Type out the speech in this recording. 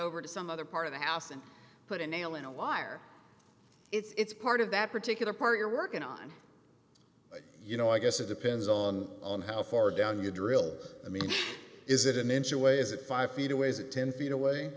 over to some other part of the house and put a nail in a wire it's part of that particular part you're working on you know i guess it depends on how far down the drill i mean is it an inch away is it five feet away is it ten feet away